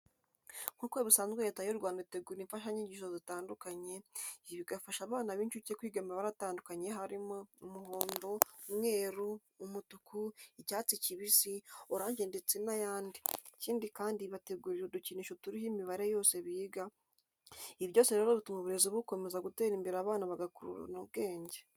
Nk'uko bisanzwe Leta y'u Rwanda itegura imfashanyigisho zitandukanye, ibi bigafasha abana b'incuke kwiga amabara atandukanye harimo: umuhondo, umweru, umutuku, icyatsi kibisi, oranje ndetse n'ayandi, ikindi kandi ibategurira udukinisho turiho imibare yose biga, ibi byose rero bituma uburezi bukomeza gutera imbere abana bagakurana ubwenge.